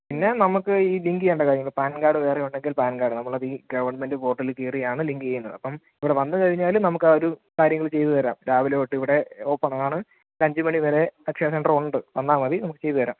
പിന്നെ നമുക്ക് ഈ ലിങ്ക് ചെയ്യേണ്ട കാര്യങ്ങൾ പാൻ കാർഡ് വേറെയുണ്ടെങ്കിൽ പാൻ കാർഡ് നമ്മളത് ഈ ഗവൺമെൻറ്റ് പോർട്ടലിൽ കയറിയാണ് ലിങ്ക് ചെയ്യുന്നത് അപ്പം ഇവിടെ വന്ന് കഴിഞ്ഞാൽ നമുക്കാ ഒരു കാര്യങ്ങൾ ചെയ്ത് തരാം രാവിലെ തൊട്ട് ഇവിടെ ഓപ്പണാണ് ഒരു അഞ്ച് മണിവരെ അക്ഷയ സെൻറ്ററ് ഉണ്ട് വന്നാൽ മതി നമുക്ക് ചെയ്ത് തരാം